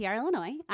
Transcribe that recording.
Illinois